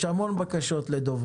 יש לנו המון בקשות לדוברים,